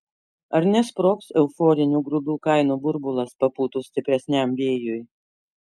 ar nesprogs euforinių grūdų kainų burbulas papūtus stipresniam vėjui